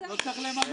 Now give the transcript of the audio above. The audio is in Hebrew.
כשצריך.